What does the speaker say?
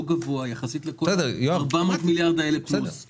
לא גבוה יחסית ל-400 מיליארד שקל האלה פלוס.